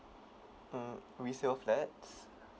mm resale flat